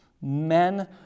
men